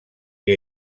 que